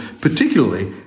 particularly